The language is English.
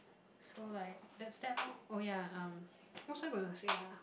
so like that stand lor oh ya um what was I going to say ah